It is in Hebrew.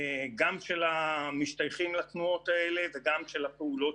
גם של המשתייכים לתנועות האלה וגם של הפעולות